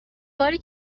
باری